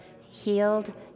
healed